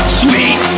sweet